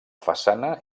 façana